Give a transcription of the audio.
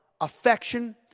affection